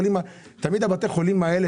תמיד בתי החולים האלה